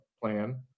plan